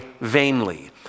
vainly